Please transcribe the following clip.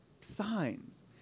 signs